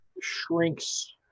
shrinks